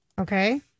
Okay